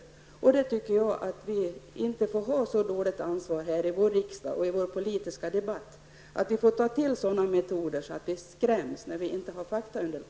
Men så dåligt beställt får det inte vara med ansvaret hos oss i riksdagen och i den politiska debatten att skrämselmetoder måste utnyttjas när det saknas ett faktaunderlag.